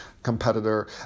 Competitor